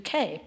UK